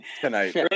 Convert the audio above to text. tonight